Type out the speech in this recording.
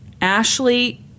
Ashley